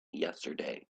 yesterday